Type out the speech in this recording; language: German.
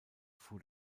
fuhr